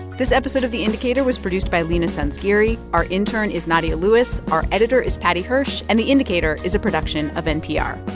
this episode of the indicator was produced by leena sanzgiri. our intern is nadia lewis. our editor is paddy hirsch. and the indicator is a production of npr